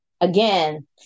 again